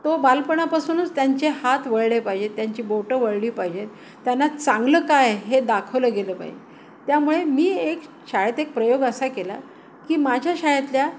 तो बालपणापासूनच त्यांचे हात वळले पाहिजेत त्यांची बोटं वळली पाहिजेत त्यांना चांगलं काय हे दाखवलं गेलं पाहिजे त्यामुळे मी एक शाळेत एक प्रयोग असा केला की माझ्या शाळेतल्या